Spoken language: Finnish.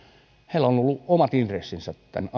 heillä on ollut omat intressinsä tämän